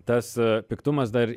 tas piktumas dar